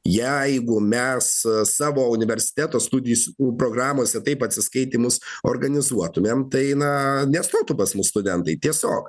jeigu mes savo universiteto studijų programose taip atsiskaitymus organizuotumėm tai nestotų pas mus studentui tiesiog